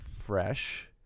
fresh